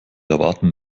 erwarten